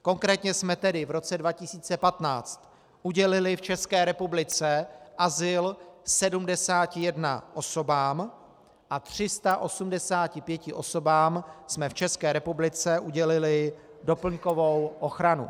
Konkrétně jsme tedy v roce 2015 udělili v České republice azyl 71 osobám a 385 osobám jsme v České republice udělili doplňkovou ochranu.